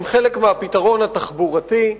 הם חלק מהפתרון התחבורתי,